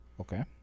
Okay